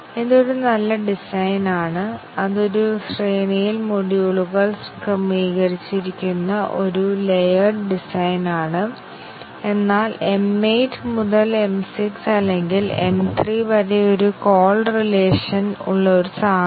ഇല്ലെങ്കിൽ test suite ശക്തിപ്പെടുത്തുന്നതിന് test case അധിക ടെസ്റ്റ് കേസുകൾ ഉപയോഗിച്ച് വർദ്ധിപ്പിക്കും അങ്ങനെ നിർദ്ദിഷ്ട തരം ഫോൾട്ട് കണ്ടെത്താനാകും